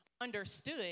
understood